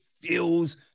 feels